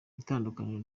itandukaniro